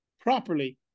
properly